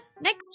Next